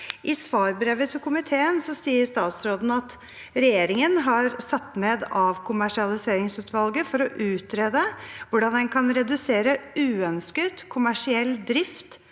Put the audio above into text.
I svarbrevet til komiteen sier statsråden: «Regjeringen har satt ned Avkommersialiseringsutvalget for å utrede hvordan en kan redusere uønsket kommersiell drift